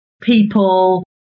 people